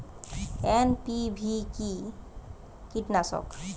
NPV কি কীটনাশক?